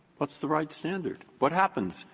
what's the right standard? what happens,